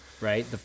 right